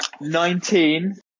Nineteen